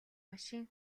машин